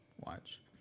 Watch